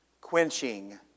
Quenching